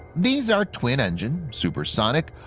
these are twin-engine, supersonic,